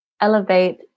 elevate